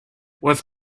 was